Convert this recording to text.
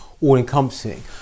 all-encompassing